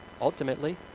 ultimately